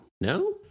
No